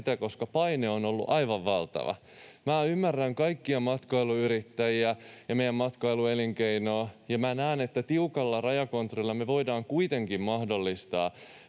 koska paine on ollut aivan valtava. Minä ymmärrän kaikkia matkailuyrittäjiä ja meidän matkailuelinkeinoamme, ja minä näen, että tiukalla rajakontrollilla me voidaan kuitenkin mahdollistaa